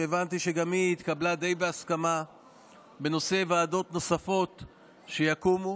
שהבנתי שגם היא התקבלה די בהסכמה בנושא ועדות נוספות שיקומו,